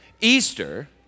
Easter